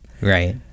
Right